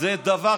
זה דבר,